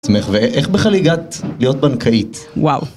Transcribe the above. ואיך בכלל הגעת להיות בנקאית? וואו.